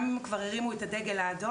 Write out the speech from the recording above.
גם אם הם כבר הרימו את הדגל האדום.